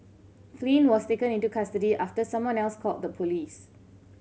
Flynn was taken into custody after someone else called the police